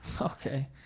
Okay